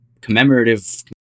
commemorative